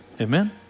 Amen